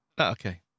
Okay